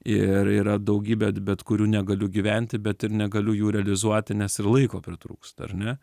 ir yra daugybė bet kurių negaliu gyventi bet ir negaliu jų realizuoti nes ir laiko pritrūksta ar ne